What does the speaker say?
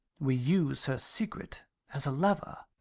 we use her secret as a lever.